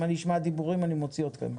אם אני אשמע דיבורים אני מוציא אתכם.